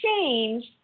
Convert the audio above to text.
change